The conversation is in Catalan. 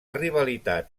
rivalitat